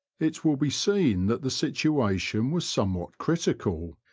it will be seen that the situa tion was somewhat critical,